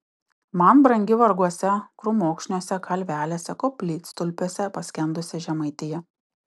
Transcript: man brangi varguose krūmokšniuose kalvelėse koplytstulpiuose paskendusi žemaitija